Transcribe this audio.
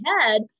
head